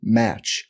match